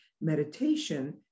meditation